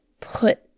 put